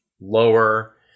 lower